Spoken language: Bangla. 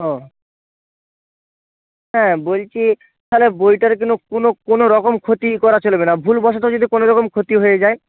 ও হ্যাঁ বলছি তাহলে বইটার যেন কোনও কোনও রকম ক্ষতি করা চলবে না ভুলবশত যদি কোনও রকম ক্ষতি হয়ে যায়